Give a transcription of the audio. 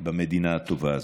במדינה הטובה הזאת.